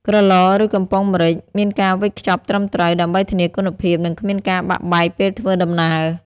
ក្រឡ ឬ កំប៉ុងម្រេចមានការវេចខ្ចប់ត្រឹមត្រូវ ដើម្បីធានាគុណភាព និងគ្មានការបាក់បែកពេលធ្វើដំណើរ។